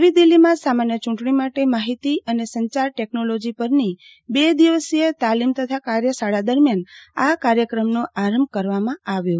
નવી દિલ્હીમાં સામાન્ય ચ્રૂંટણી માટે માહિતી અને સંચાર ટેકનોલોજી પરની બે દિવસીય તાલીમ તથા કાર્યશાળા દરમિયાન આ કાર્યક્રમનો આરંભ કરવામાં આવ્યો હતો